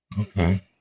Okay